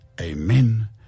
Amen